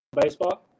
baseball